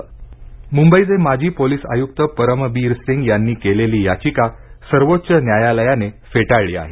पुरमबीर सिंग मुंबईचे माजी पोलीस आयुक्त परमबीर सिंग यांनी केलेली याचिका सर्वोच्च न्यायालयाने फेटाळली आहे